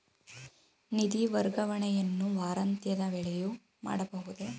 ನಿಧಿ ವರ್ಗಾವಣೆಯನ್ನು ವಾರಾಂತ್ಯದ ವೇಳೆಯೂ ಮಾಡಬಹುದೇ?